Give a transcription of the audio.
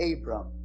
Abram